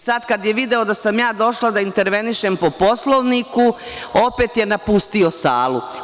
Sada kada je video da sam ja došla da intervenišem po Poslovniku opet je napustio salu.